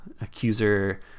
Accuser